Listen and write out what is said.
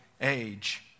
age